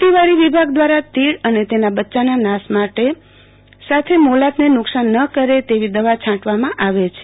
ખેતીવાડી વિભાગ દવારા તીડ અને તના બચ્ચના નાશ સાથે મોલાતને નુકશાન ન કર તેવી દવા છાંટવામાં આવે છે